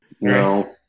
No